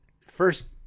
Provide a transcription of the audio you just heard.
first